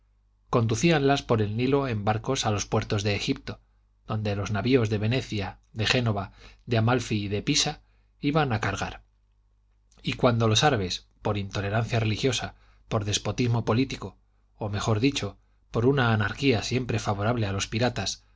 conducíanlas por el nilo en barcos a los puertos del egipto donde los navios de venecia de genova de amalfí y de pisa iban a cargar y cuando los árabes por intolerancia religiosa por despotismo político o mejor dicho por una anarquía siempre favorable a los piratas